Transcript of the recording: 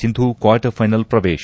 Sindhu quarter final ಪ್ರವೇಶ